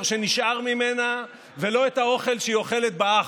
שנשאר ממנה ולא את האוכל שהיא אוכלת באחו.